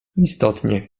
istotnie